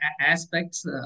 aspects